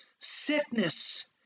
sickness